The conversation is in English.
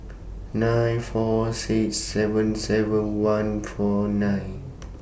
nine four six seven seven one four nine